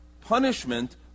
Punishment